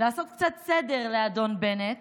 לעשות קצת סדר לאדון בנט,